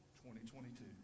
2022